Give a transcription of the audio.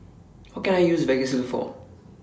What Can I use Vagisil For